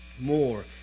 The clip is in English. more